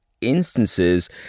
instances